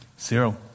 zero